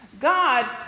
God